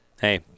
hey